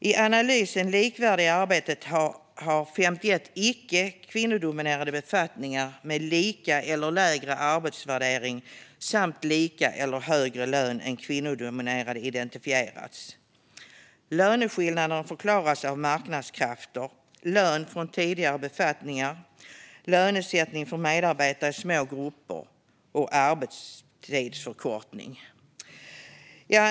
I analysen av likvärdiga arbeten har 51 icke kvinnodominerande befattningar med lika eller lägre arbetsvärdering samt lika eller högre lön än kvinnodominerade identifierats. Löneskillnaderna förklaras av marknadskrafter, lön från tidigare befattningar, lönesättning för medarbetare i små grupper och arbetstidsförkortning.